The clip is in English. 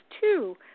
two